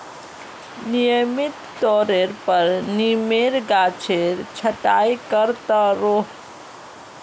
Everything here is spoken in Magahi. नियमित तौरेर पर नीमेर गाछेर छटाई कर त रोह